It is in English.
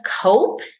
cope